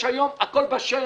יש היום, הכול בשל,